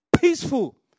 Peaceful